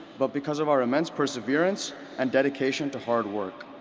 but because of our immense perseverance and dedication to hard work.